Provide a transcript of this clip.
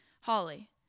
holly